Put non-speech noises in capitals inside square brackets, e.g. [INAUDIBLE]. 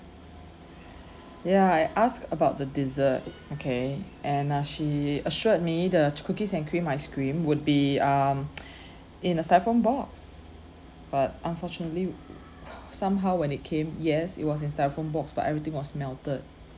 ya I asked about the dessert okay and uh she assured me the ch~ cookies and cream ice cream would be um [NOISE] in a styrofoam box but unfortunately [BREATH] somehow when it came yes it was in styrofoam box but everything was melted